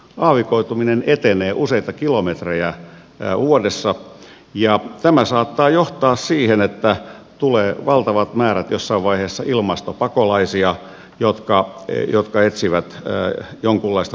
aavikoituminen etenee useita kilometrejä vuodessa ja tämä saattaa johtaa siihen että tulee valtavat määrät jossain vaiheessa ilmastopakolaisia jotka etsivät jonkunlaista purkautumisväylää